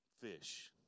Fish